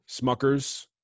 Smuckers